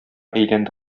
әйләнде